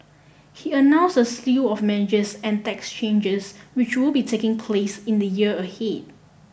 he announce a slew of measures and tax changes which will be taking place in the year ahead